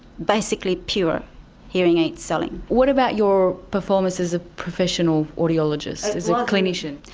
basically pure hearing aid selling. what about your performance as a professional audiologist, as a clinician?